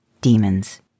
Demons